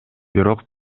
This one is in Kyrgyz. бирок